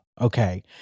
okay